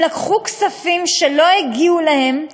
הם לקחו כספים שלא הגיעו להם,